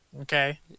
Okay